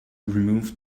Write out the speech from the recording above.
removed